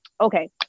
okay